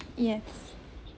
yes